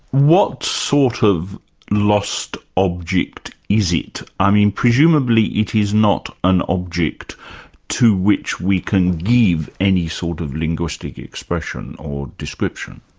what sort of lost object is it? i mean, presumably it is not an object to which we can give any sort of linguistic expression, or description.